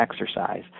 exercise